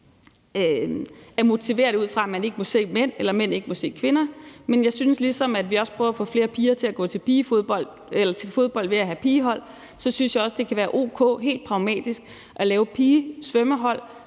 at motivere det ud fra, at man ikke må se mænd, eller at mænd ikke må se kvinder. Men ligesom vi også prøver at få flere piger at gå til fodbold ved at have pigehold, synes jeg også, det kan være o.k. helt pragmatisk at lave pigesvømmehold.